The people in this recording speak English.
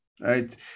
Right